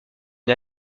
une